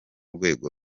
rwego